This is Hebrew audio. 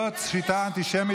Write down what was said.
13.6 מיליארד.